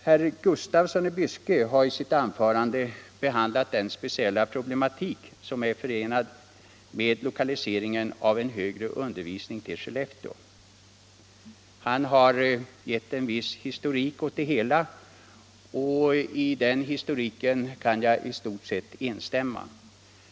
Herr Gustafsson i Byske har i sitt anförande behandlat den speciella problematik som är förenad med lokaliseringen av en högre undervisning till Skellefteå. Han har gett en viss historik och i den kan jag i stort sett instämma.